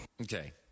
okay